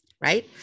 right